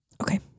Okay